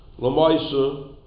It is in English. Lamaisa